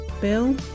Bill